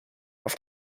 auf